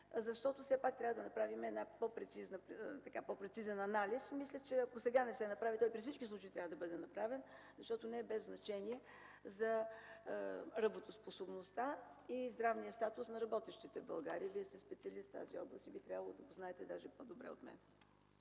такива данни? Трябва да направим по-прецизен анализ. Мисля, че ако сега не се направи, то при всички случаи трябва да бъде направен, защото не е без значение за работоспособността и здравния статус на работещите в България. Вие сте специалист в тази област и би трябвало да го знаете по-добре от мен.